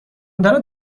دارد